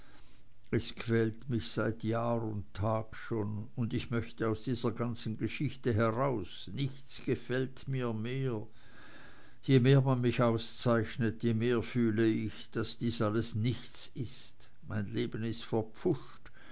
es quält mich seit jahr und tag schon und ich möchte aus dieser ganzen geschichte heraus nichts gefällt mir mehr je mehr man mich auszeichnet je mehr fühle ich daß dies alles nichts ist mein leben ist